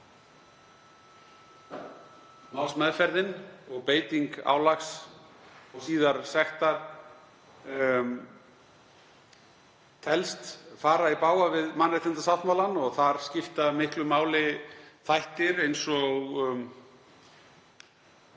málsmeðferðin og beiting álags og síðar sektar telst fara í bága við mannréttindasáttmálann. Þar skipta miklu máli þættir eins og